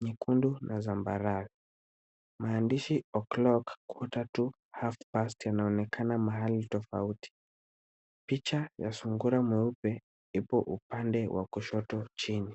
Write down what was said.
nyekundu na zambarau. Maandishi o'clock, quarter to, half past inaonekana mahali tofauti. Picha ya sungura mweupe ipo upande wa kushoto chini.